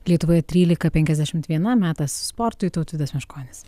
lietuvoje trylika penkiasdešimt viena metas sportui tautvydas meškonis